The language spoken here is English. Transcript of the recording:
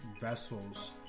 vessels